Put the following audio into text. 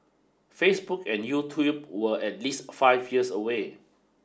Facebook and YouTube were at least five years away